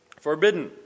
forbidden